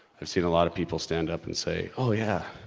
i've seen a lot of people stand up and say oh, yeah